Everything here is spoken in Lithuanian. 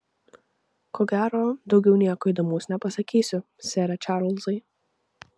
ko gero daugiau nieko įdomaus nepasakysiu sere čarlzai